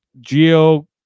Geo